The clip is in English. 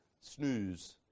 snooze